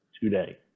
today